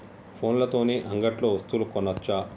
ఫోన్ల తోని అంగట్లో వస్తువులు కొనచ్చా?